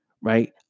Right